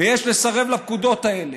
יש לסרב לפקודות האלה.